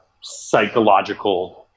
psychological –